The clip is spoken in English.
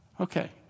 Okay